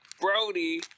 Brody